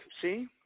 see